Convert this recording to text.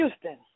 Houston